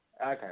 Okay